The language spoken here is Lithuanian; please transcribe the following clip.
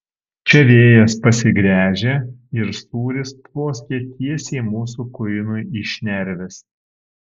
čia vėjas pasigręžė ir sūris tvoskė tiesiai mūsų kuinui į šnerves